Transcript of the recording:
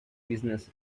business